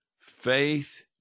faith